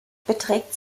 beträgt